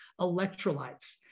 electrolytes